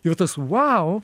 ir tas vau